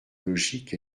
logique